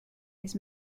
his